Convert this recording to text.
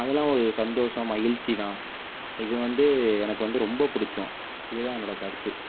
அதெல்லாம் ஒரு சந்தோஷம் மகிழ்ச்சி தான் இது வந்து எனக்கு வந்து ரொம்ப பிடிச்சம் இதுதான் என்னோடய கருத்து